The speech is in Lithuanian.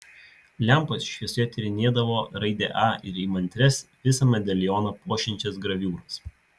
lempos šviesoje tyrinėdavo raidę a ir įmantrias visą medalioną puošiančias graviūras